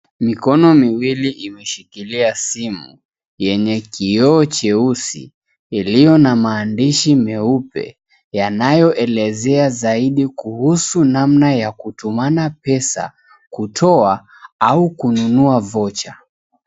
Mikono miwili imeshikilia simu, yenye kioo cheusi iliyo na maandishi meupe yanayoelezea zaidi kuhusu namna ya kutumana pesa, kutoa au kununua vocha.